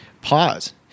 pause